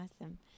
Awesome